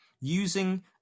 using